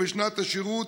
שנת השירות,